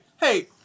hey